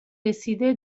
رسیده